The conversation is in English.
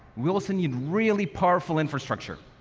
we also need really powerful infrastructure.